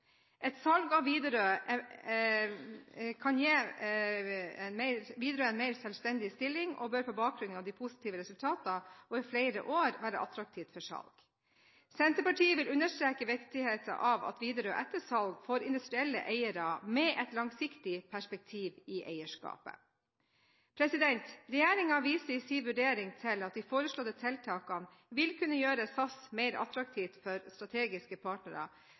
Et salg av Widerøe kan gi Widerøe en mer selvstendig stilling, og selskapet bør på bakgrunn av de positive resultatene over flere år være attraktivt for salg. Senterpartiet vil understreke viktigheten av at Widerøe etter et salg får industrielle eiere med et langsiktig perspektiv i eierskapet. Regjeringen viser i sin vurdering til at de foreslåtte tiltakene vil kunne gjøre SAS mer attraktivt for strategiske partnere,